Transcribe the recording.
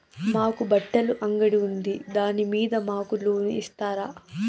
మాకు బట్టలు అంగడి ఉంది దాని మీద మాకు లోను ఇస్తారా